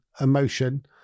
emotion